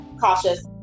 cautious